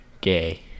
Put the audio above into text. Gay